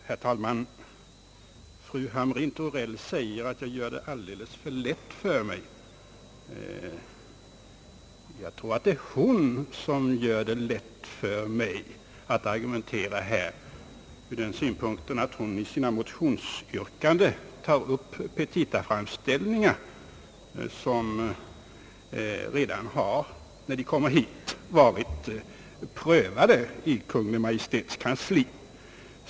Herr talman! Fru Hamrin-Thorell säger, att jag gör det alldeles för lätt för mig. Jag tror att det är hon som gör det lätt för mig att här argumentera ur den synpunkten, att hon i sitt motionsyr kande tar upp Ppetitaframställningar, som redan har, när de kommer hit för behandling, varit prövade i Kungl. Maj:ts kansli.